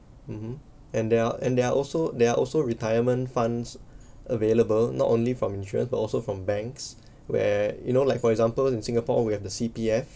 mmhmm and there are and there are also there are also retirement funds available not only from insurance but also from banks where you know like for example in singapore we have the C_P_F